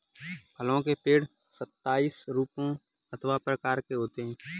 फलों के पेड़ सताइस रूपों अथवा प्रकार के होते हैं